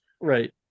Right